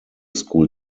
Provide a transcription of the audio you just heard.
school